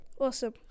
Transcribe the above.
awesome